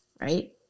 right